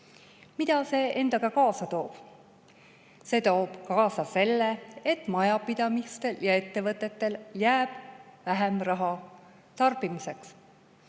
Mida see endaga kaasa toob? See toob kaasa selle, et majapidamistel ja ettevõtetel jääb vähem raha tarbimiseks.